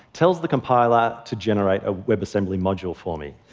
tells the compiler to generate a webassembly module for me.